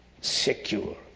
Secure